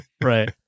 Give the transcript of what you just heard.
Right